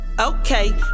Okay